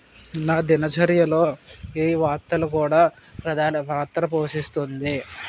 నా దినచర్యలో ఈ వార్తలు కూడా ప్రధాన పాత్ర పోషిస్తుంది